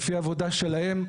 לפי העבודה שלהם,